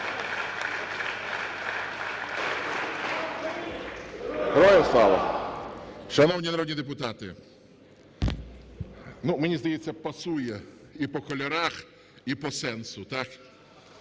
Героям Слава! Шановні народні депутати, мені здається, пасує і по кольорах, і по сенсу, так?